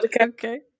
Okay